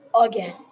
again